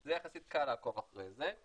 זה יחסית קל לעקוב אחרי זה.